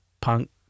punk